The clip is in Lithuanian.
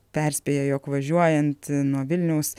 perspėja jog važiuojant nuo vilniaus